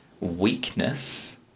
weakness